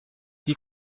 die